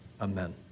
Amen